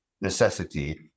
necessity